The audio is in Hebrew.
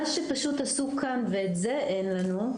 מה שפשוט עשו כאן ואת זה אין לנו,